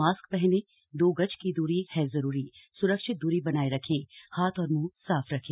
mask पहनें दो गज की दूरी है जरूरी स्रक्षित दूरी बनाए रखें हाथ और मुंह साफ रखें